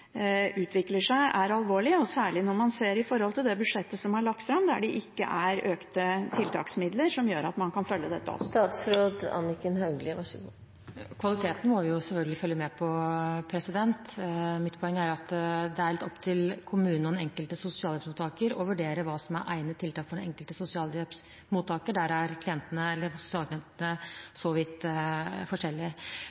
utvikler seg, er alvorlig, særlig når man ser det i forhold til budsjettet som er lagt fram. Det er ikke økte tiltaksmidler som gjør at man kan følge dette opp. Kvaliteten må vi selvfølgelig følge med på. Mitt poeng er at det er litt opp til kommunen og den enkelte sosialhjelpsmottaker å vurdere hva som er egnet tiltak for den enkelte sosialhjelpsmottaker. Der er